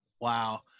Wow